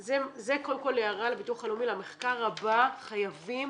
זה קודם כל הערה לביטוח הלאומי: למחקר הבא חייבים